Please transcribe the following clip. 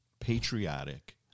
patriotic